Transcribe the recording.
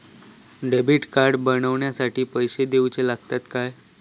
Debit card बनवण्याखाती पैसे दिऊचे लागतात काय?